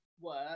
work